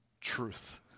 truth